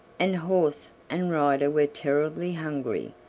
and horse and rider were terribly hungry,